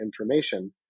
information